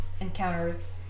encounters